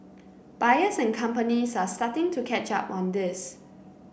buyers and companies are starting to catch up on this